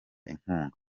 inkunga